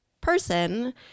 person